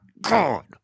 God